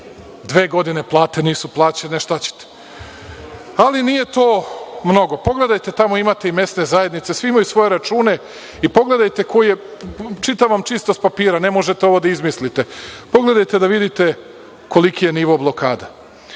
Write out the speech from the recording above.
dve godine plate nisu plaćene, šta ćete, ali, nije to mnogo. Pogledajte tamo imate i mesne zajednice. Svi imaju svoje račune i pogledajte, čitam vam čisto s papira, ne možete ovo da izmislite. Pogledajte da vidite koliki je nivo blokada. Mesna